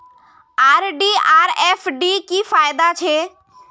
RD आर FD की फ़ायदा छे?